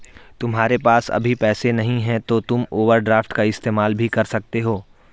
तुम्हारे पास अभी पैसे नहीं है तो तुम ओवरड्राफ्ट का इस्तेमाल भी कर सकते हो